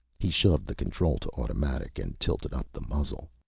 he shoved the control to automatic, and tilted up the muzzle.